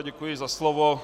Děkuji za slovo.